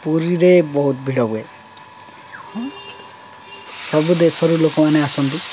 ପୁରୀରେ ବହୁତ ଭିଡ଼ ହୁଏ ସବୁ ଦେଶରୁ ଲୋକମାନେ ଆସନ୍ତି